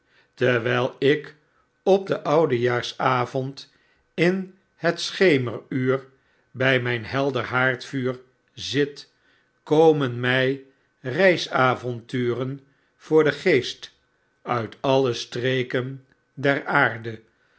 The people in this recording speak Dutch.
terwjjl ik op oudejaarsavondinhetschemeruur bij mn helder haardvuur zit komen mg reisavonturen voor den geest uit alle streken der aarde